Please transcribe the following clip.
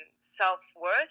self-worth